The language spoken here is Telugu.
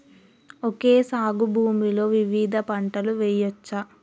ఓకే సాగు భూమిలో వివిధ పంటలు వెయ్యచ్చా?